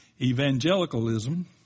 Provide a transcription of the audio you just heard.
evangelicalism